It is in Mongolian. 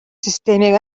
системийг